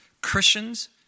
Christians